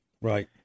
Right